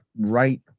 right